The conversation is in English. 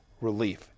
relief